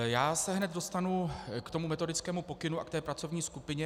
Já se hned dostanu k tomu metodickému pokynu a k té pracovní skupině.